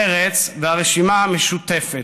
מרצ והרשימה המשותפת.